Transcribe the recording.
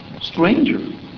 Stranger